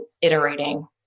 iterating